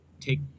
take